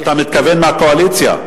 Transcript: אתה מתכוון מהקואליציה.